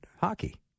hockey